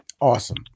Awesome